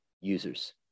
users